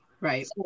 Right